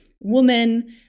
woman